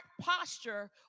posture